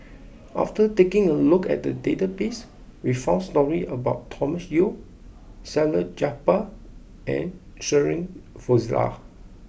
after taking a look at the database we found stories about Thomas Yeo Salleh Japar and Shirin Fozdar